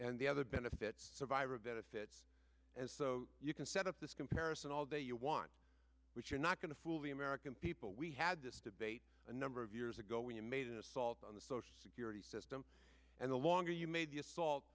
and the other benefits survivor benefits as so you can set up this comparison all that you want but you're not going to fool the american people we had this debate a number of years ago when you made an assault on the social security system and the longer you made